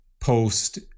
post